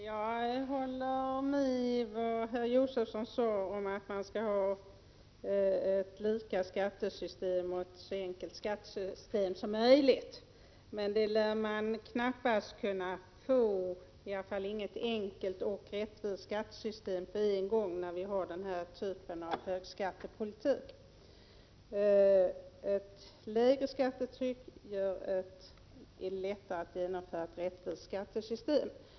Herr talman! Jag håller med om det herr Josefson sade om att man skall ha ett skattesystem som är rättvist och så enkelt som möjligt. Men det lär vi knappast kunna få med den nuvarande typen av högskattepolitik. Lägre skattetryck gör det lättare att genomföra ett rättvist skattesystem.